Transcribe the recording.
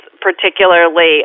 particularly